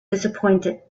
disappointed